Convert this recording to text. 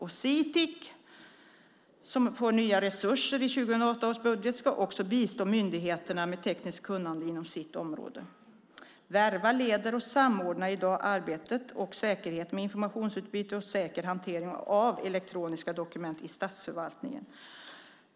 Också Sitic, som i 2008 års budget får nya resurser, ska bistå myndigheterna med tekniskt kunnande inom sitt område. Verva leder och samordnar i dag arbetet med säkerheten vid informationsutbyte och hantering av elektroniska dokument i statsförvaltningen.